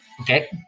Okay